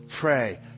pray